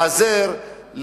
לעזור,